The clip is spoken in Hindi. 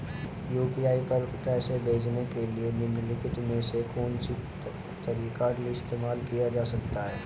यू.पी.आई पर पैसे भेजने के लिए निम्नलिखित में से कौन सा तरीका इस्तेमाल किया जा सकता है?